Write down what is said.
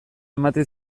ematen